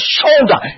shoulder